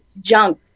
junk